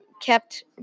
kept